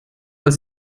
als